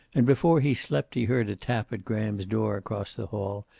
and before he slept he heard a tap at graham's door across the hall,